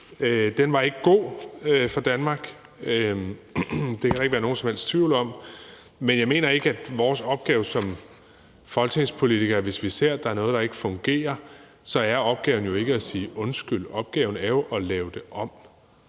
Den var ikke god for Danmark, det kan der ikke være nogen som helst tvivl om, men jeg mener ikke, at vores opgave som folketingspolitikere, hvis vi ser, der er noget, der ikke fungerer, er at sige undskyld. Opgaven er jo at lave det om.